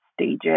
stages